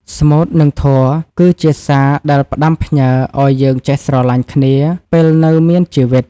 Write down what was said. ស្មូត និងធម៌គឺជាសារដែលផ្ដាំផ្ញើឱ្យយើងចេះស្រឡាញ់គ្នាពេលនៅមានជីវិត។